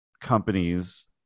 companies